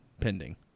pending